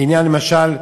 לעניין" למשל,